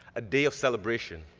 a day of celebration.